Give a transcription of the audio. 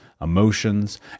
emotions